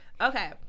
Okay